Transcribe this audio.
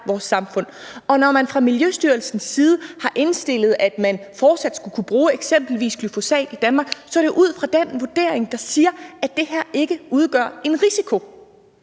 vores samfund? Når man fra Miljøstyrelsens side har indstillet, at man fortsat skal kunne bruge eksempelvis glyfosat i Danmark, er det jo ud fra den vurdering, at det her ikke udgør en risiko.